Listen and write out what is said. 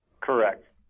Correct